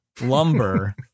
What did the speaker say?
lumber